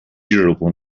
durable